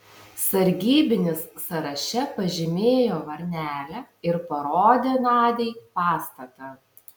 sargybinis sąraše pažymėjo varnelę ir parodė nadiai pastatą